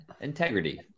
Integrity